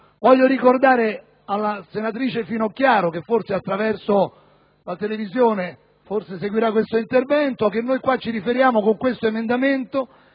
Voglio ricordare alla senatrice Finocchiaro, che forse attraverso la televisione seguirà questo intervento, che con questo emendamento